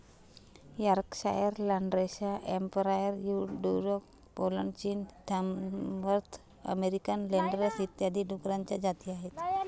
Yorkshire, landrace Hampshire, Duroc Poland, चीन, Tamworth American landrace इत्यादी डुकरांच्या जाती आहेत